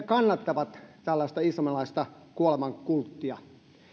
kannattavat tällaista islamilaista kuoleman kulttia